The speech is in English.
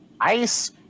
Ice